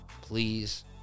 Please